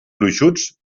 gruixuts